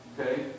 Okay